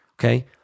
okay